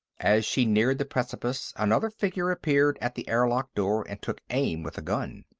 as she neared the precipice, another figure appeared at the airlock door and took aim with a gun.